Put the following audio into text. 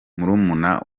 murumuna